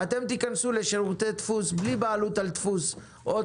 שאתם תיכנסו לשירותי דפוס בלי בעלות על דפוס בעוד